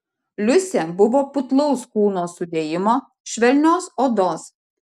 liusė buvo putlaus kūno sudėjimo švelnios odos